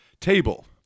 Table